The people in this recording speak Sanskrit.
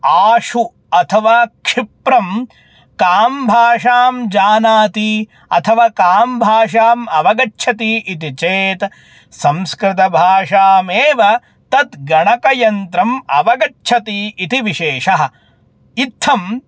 आशु अथवा क्षिप्रं कां भाषां जानाति अथवा कां भाषाम् अवगच्छति इति चेत् संस्कृतभाषामेव तत् गणकयन्त्रम् अवगच्छति इति विशेषः इत्थम्